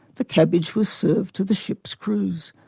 the cabbage was served to the ships' crews.